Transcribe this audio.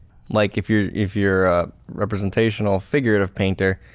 like if you're if you're a representational figurative painter,